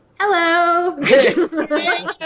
Hello